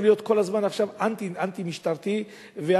עכשיו להיות כל הזמן אנטי-משטרתי ואנטי-המערכת